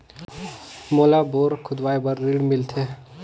मोला बोरा खोदवाय बार ऋण मिलथे?